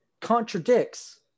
contradicts